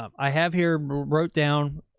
um i have here wrote down.